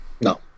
No